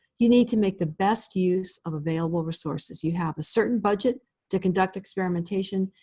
you need to make the best use of available resources. you have a certain budget to conduct experimentation,